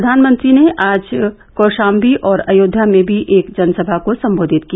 प्रधानमंत्री ने आज कौशांबी और अयोध्या में भी एक जनसभा को संबोधित किया